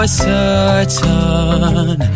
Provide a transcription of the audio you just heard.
certain